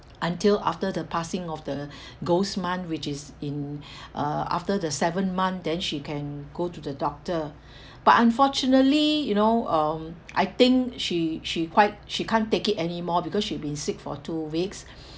until after the passing of the ghost month which is in uh after the seventh month then she can go to the doctor but unfortunately you know um I think she she quite she can't take it anymore because she'd been sick for two weeks